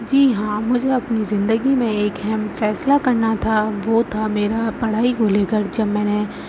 جی ہاں مجھے اپنی زندگی میں ایک اہم فیصلہ کرنا تھا وہ تھا میرا پڑھائی کو لے کر جب میں نے